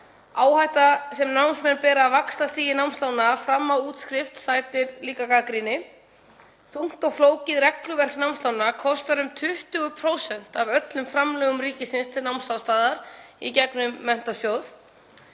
Áhætta sem námsmenn bera af vaxtastigi námslána fram að útskrift sætir líka gagnrýni. Þungt og flókið regluverk námslánanna kostar um 20% af öllum framlögum ríkisins til námsaðstoðar í gegnum sjóðinn.